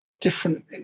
different